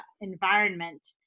environment